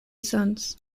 sons